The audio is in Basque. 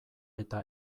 eta